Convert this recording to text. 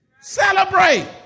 Celebrate